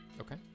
Okay